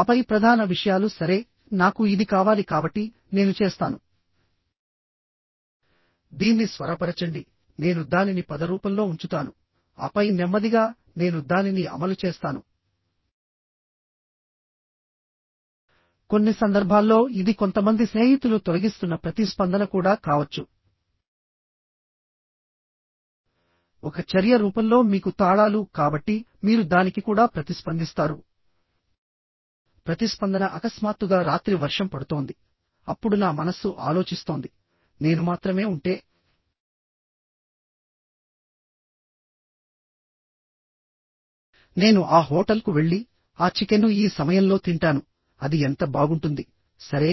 ఆపై ప్రధాన విషయాలు సరేనాకు ఇది కావాలి కాబట్టి నేను చేస్తాను దీన్ని స్వరపరచండి నేను దానిని పద రూపంలో ఉంచుతానుఆపై నెమ్మదిగా నేను దానిని అమలు చేస్తాను కొన్ని సందర్భాల్లో ఇది కొంతమంది స్నేహితులు తొలగిస్తున్న ప్రతిస్పందన కూడా కావచ్చు ఒక చర్య రూపంలో మీకు తాళాలుకాబట్టి మీరు దానికి కూడా ప్రతిస్పందిస్తారు ప్రతిస్పందన అకస్మాత్తుగా రాత్రి వర్షం పడుతోందిఅప్పుడు నా మనస్సు ఆలోచిస్తోంది నేను మాత్రమే ఉంటే నేను ఆ హోటల్కు వెళ్లి ఆ చికెన్ను ఈ సమయంలో తింటానుఅది ఎంత బాగుంటుంది సరే